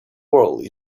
world